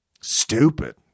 stupid